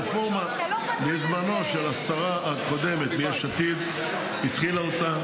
הרפורמה בזמנו, השרה הקודמת מיש עתיד התחילה אותה.